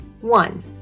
One